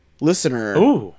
listener